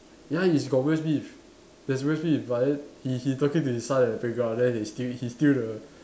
ya it's got Will Smith there's Will Smith but then he he talking to his son at the playground then he steal he steal the